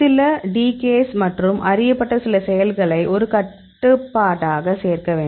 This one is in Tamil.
சில டிகேஸ் மற்றும் அறியப்பட்ட சில செயல்களை ஒரு கட்டுப்பாட்டாக சேர்க்க வேண்டும்